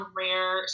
rare